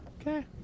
Okay